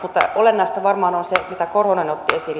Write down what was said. mutta olennaista varmaan on se mitä korhonen otti esille